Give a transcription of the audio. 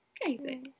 crazy